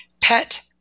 Pet